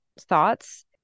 thoughts